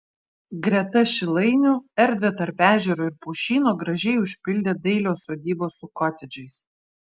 greta šilainių erdvę tarp ežero ir pušyno gražiai užpildė dailios sodybos su kotedžais